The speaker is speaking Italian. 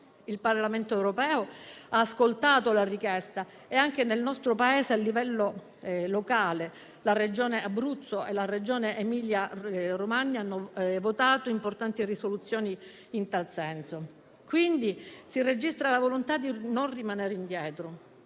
Il Parlamento europeo ha ascoltato la richiesta e anche nel nostro Paese, a livello locale, le Regioni Abruzzo ed Emilia-Romagna hanno votato importanti risoluzioni in tal senso. Si registra quindi la volontà di non rimanere indietro.